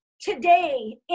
today